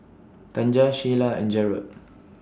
Tanja Sheyla and Jerod